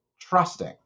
trusting